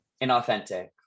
inauthentic